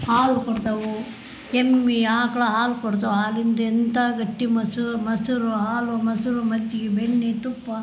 ಹಾಲು ಕೊಡ್ತಾವೆ ಎಮ್ಮೆ ಆಕಳು ಹಾಲು ಕೊಡ್ತಾವೆ ಹಾಲಿಂದ ಎಂತ ಗಟ್ಟಿ ಮೊಸ್ರು ಮೊಸ್ರು ಹಾಲು ಮೊಸ್ರು ಮಜ್ಜಿಗೆ ಬೆಣ್ಣೆ ತುಪ್ಪ